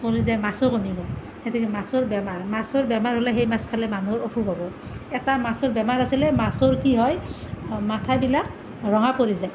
কমি যাই মাছো কমি গ'ল এতেকে মাছৰ বেমাৰ মাছৰ বেমাৰ হ'লে সেই মাছ খালে মানুহৰ অসুখ হ'ব এটা মাছৰ বেমাৰ আছিলে মাছৰ কি হয় মাথাবিলাক ৰঙা পৰি যায়